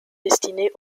destinées